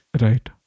Right